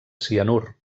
cianur